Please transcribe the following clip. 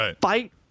Fight